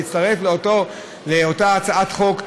להצטרף לאותה הצעת חוק,